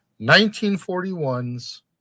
1941's